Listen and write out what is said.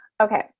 Okay